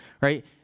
right